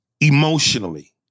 Emotionally